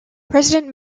president